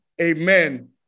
amen